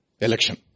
election